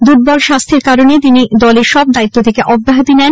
দুর্বল স্বাস্হ্যের কারণে তিনি দলের সব দায়িত্ব থেকে অব্যাহতি নেন